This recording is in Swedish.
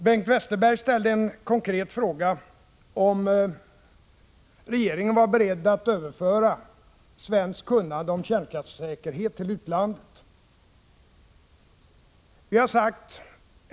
Bengt Westerberg ställde en konkret fråga, om regeringen var beredd att överföra svenskt kunnande om kärnkraftssäkerhet till utlandet.